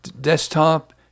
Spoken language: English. desktop